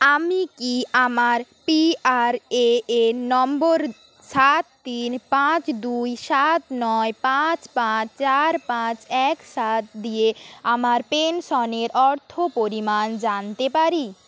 আমি কি আমার P R A N number সাত তিন পাঁচ দুই সাত নয় পাঁচ পাঁচ চার পাঁচ এক সাত দিয়ে আমার পেনশনের অর্থ পরিমাণ জানতে পারি